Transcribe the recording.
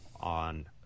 on